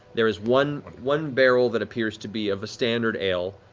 there's one one barrel that appears to be of a standard ale,